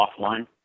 offline